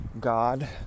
God